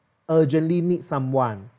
urgently need someone